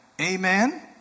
Amen